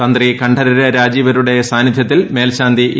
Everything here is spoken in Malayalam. തന്ത്രി കണ്ഠരര് രാജീവരരുടെ സാന്നിധ്യത്തിൽ മേൽശാന്തി എ